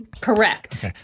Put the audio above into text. Correct